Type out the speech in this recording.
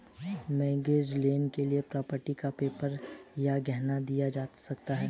mortgage loan के लिए property का पेपर या गहना दिया जा सकता है